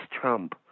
Trump